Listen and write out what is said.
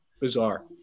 bizarre